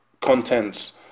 contents